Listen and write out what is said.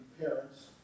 parents